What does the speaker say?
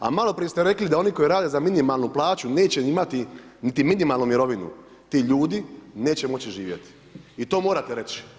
A maloprije ste rekli da oni koji rade za minimalnu plaću neće imati niti minimalnu mirovinu, ti ljudi neće moći živjeti i to morate reći.